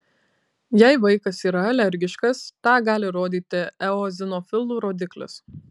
jei vaikas yra alergiškas tą gali rodyti eozinofilų rodiklis